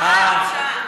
הוראת שעה.